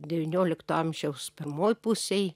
devyniolikto amžiaus pirmoj pusėj